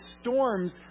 storms